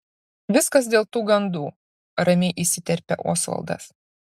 viskas dėl tų gandų ramiai įsiterpia osvaldas